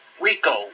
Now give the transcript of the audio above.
RICO